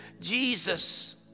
Jesus